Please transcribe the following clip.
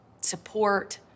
support